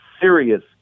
serious